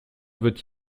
veut